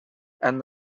and